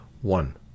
One